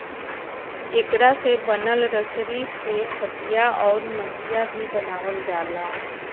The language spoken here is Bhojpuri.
एकरा से बनल रसरी से खटिया, अउर मचिया भी बनावाल जाला